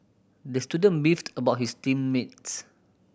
the student beefed about his team mates